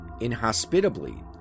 inhospitably